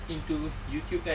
into youtube kan